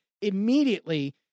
Immediately